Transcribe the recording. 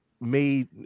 made